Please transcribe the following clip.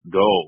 go